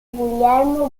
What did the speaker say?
guglielmo